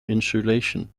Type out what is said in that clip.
insulation